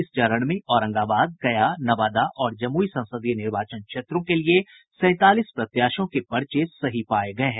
इस चरण में औरंगाबाद गया नवादा और जमुई संसदीय निर्वाचन क्षेत्रों के लिये सैंतालीस प्रत्याशियों के पर्चे सही पाये गये हैं